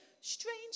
strange